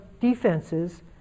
defenses